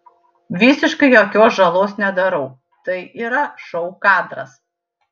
visiškai jokios žalos nedarau tai yra šou kadras